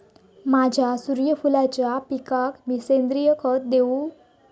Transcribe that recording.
माझ्या सूर्यफुलाच्या पिकाक मी सेंद्रिय खत देवू?